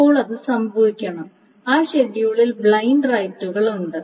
അപ്പോൾ അത് സംഭവിക്കണം ആ ഷെഡ്യൂളിൽ ബ്ലൈൻഡ് റൈറ്റുകളുണ്ട്